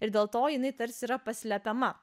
ir dėl to jinai tarsi yra paslepiama